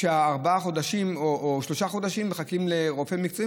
כשארבעה חודשים או שלושה חודשים מחכים לרופא מקצועי?